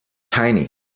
tiny